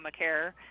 Obamacare